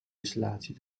installatie